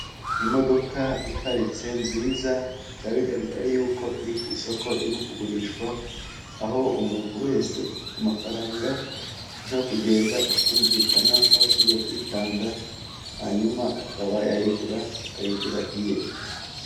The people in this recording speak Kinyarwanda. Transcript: Imodoka iparitse nziza bikaba bigaragara yuko iri ku isoko irimo kugurishwa, aho umuntu wese ufite amafaranga ashobora kugenda akumvikana n'abashinzwe kuyitanga hanyuma akaba yayigura akayigira iye.